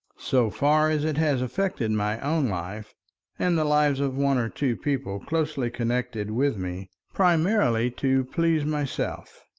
so far as it has affected my own life and the lives of one or two people closely connected with me, primarily to please myself.